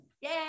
yay